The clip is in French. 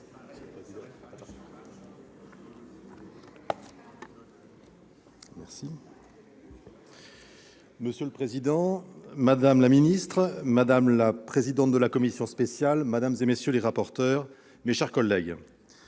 Monsieur le président, madame la secrétaire d'État, madame la présidente de la commission spéciale, madame, messieurs les rapporteurs, mes chers collègues,